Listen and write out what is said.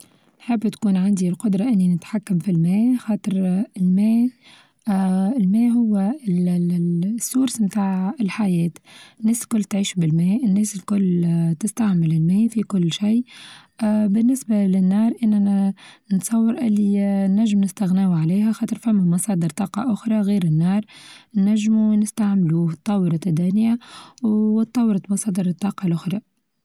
نحب تكون عندي القدرة إني نتحكم في الماء خاطر آآ الماء-الماء هو السورس متاع الحياة، الناس الكل تعيش بالماء الناس الكل آآ تستعمل الماء في كل شي، آآ بالنسبة للنار أننا نتصور اللي آآ نچم نستغناو عليها خاطر ثم مصادر طاقة أخرى غير النار نچمو نستعملوه أطورت الدنيا وأطورت مصادر الطاقة الأخرى.